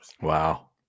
wow